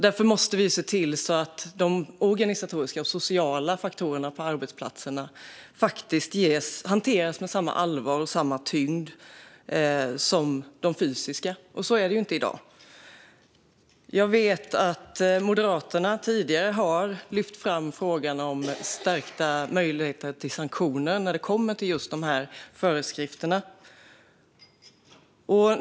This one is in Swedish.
Därför måste vi se till att de organisatoriska och sociala faktorerna på arbetsplatserna hanteras med samma allvar och samma tyngd som de fysiska. Så är det inte i dag. Jag vet att Moderaterna tidigare har lyft fram frågan om stärkta möjligheter till sanktioner när det kommer till just föreskrifterna.